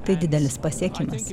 tai didelis pasiekimas